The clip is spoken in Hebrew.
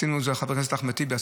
חבר הכנסת אחמד טיבי,